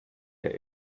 der